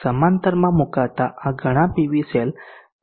સમાંતરમાં મૂકતા આ ઘણા પીવી સેલ ખૂબ જ બોજારૂપ હોઈ શકે છે